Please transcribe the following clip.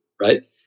right